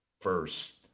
first